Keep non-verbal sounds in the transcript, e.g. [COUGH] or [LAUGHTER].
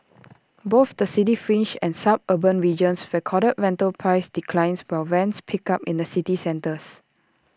[NOISE] both the city fringe and suburban regions recorded rental price declines while rents picked up in the city centres